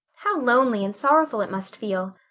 how lonely and sorrowful it must feel!